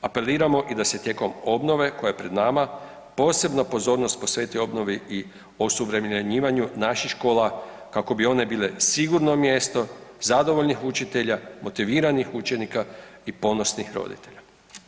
Apeliramo i da se tijekom obnove koja je pred nama posebno pozornost posveti obnovi i osuvremenjivanju naših škola kako bi one bile sigurno mjesto zadovoljnih učitelja, motiviranih učenika i ponosnih roditelja.